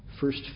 First